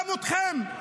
גם אתכם,